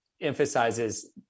emphasizes